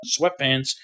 sweatpants